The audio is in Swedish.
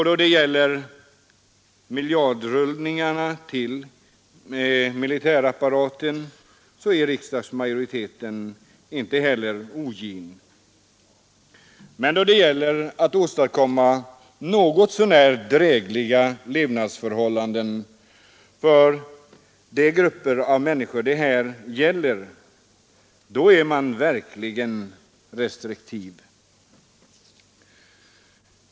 Då det gäller miljardrullningarna till militärapparaten är riksdagsmajoriteten inte heller ogin. Men då det gäller att åstadkomma något så när drägliga levnadsförhållanden för de grupper av människor det här gäller, då är man verkligen restriktiv.